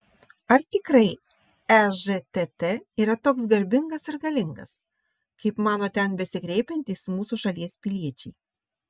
ar tikrai ežtt yra toks garbingas ir galingas kaip mano ten besikreipiantys mūsų šalies piliečiai